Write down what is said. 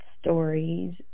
stories